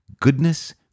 goodness